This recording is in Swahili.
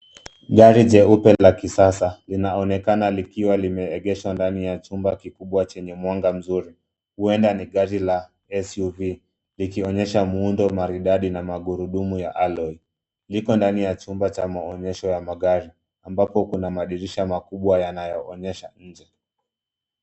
Gari jeupe la kisasa linaonekana likiwa limeegeshwa ndani ya chumba kikubwa chenye mwanga mzuri. Huenda ni gari la SUV likionyesha muundo maridadi na magurudumu ya aloi. Liko ndani ya chumba cha maonyesho ya gari ambapo kuna madirisha makubwa yanayoonyesha.